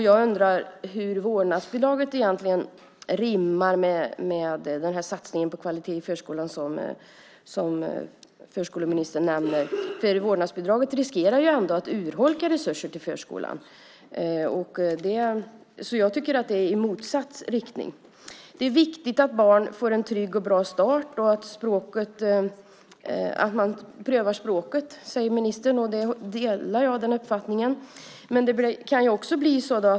Jag undrar hur vårdnadsbidraget rimmar med satsningen på kvalitet i förskolan som förskoleministern nämner. Vårdnadsbidraget riskerar ju att urholka resurser till förskolan. Jag tycker att det är i motsatt riktning. Det är viktigt att barn får en trygg och bra start och att man prövar språket, säger ministern. Den uppfattningen delar jag.